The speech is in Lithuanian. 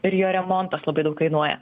ir jo remontas labai daug kainuoja